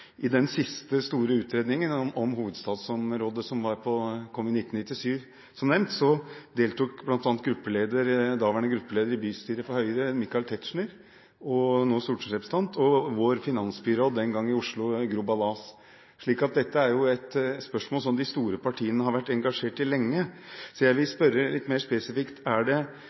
I den siste store utredningen om hovedstadsområdet, som kom i 1997, som nevnt, deltok bl.a. daværende gruppeleder i bystyret for Høyre, Michael Tetzschner, nå stortingsrepresentant, og vår finansbyråd den gang i Oslo, Gro Balas, så dette er et spørsmål som de store partiene har vært engasjert i lenge. Jeg vil spørre litt mer spesifikt: Ser man også på utformingen av incentiver, for det vil være forskjellige incentiver som trengs i disse storbyområdene, kontra det